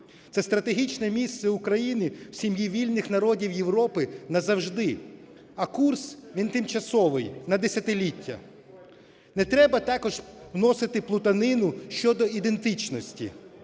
це стратегічне місце України в сім'ї вільних народів Європи назавжди, а курс, він тимчасовий на десятиліття. Не треба також вносити плутанину щодо ідентичності.